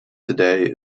today